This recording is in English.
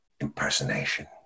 impersonation